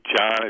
John